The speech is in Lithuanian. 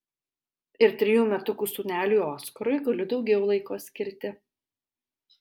ir trejų metukų sūneliui oskarui galiu daugiau laiko skirti